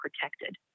protected